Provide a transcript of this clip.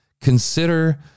consider